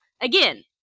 again